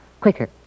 quicker